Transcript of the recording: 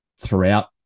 throughout